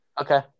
Okay